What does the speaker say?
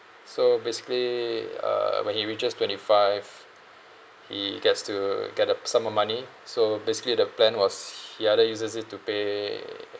so basically uh when he reaches twenty five he gets to get a sum of money so basically the plan was he either uses it to pay